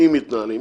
אם מתנהלים.